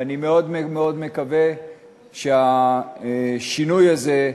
ואני מאוד מאוד מקווה שהשינוי הזה,